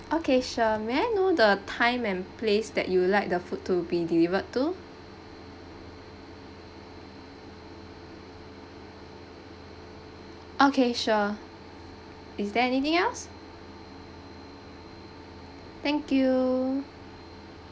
okay sure may I know the time and place that you would like the food to be delivered to okay sure is there anything else thank you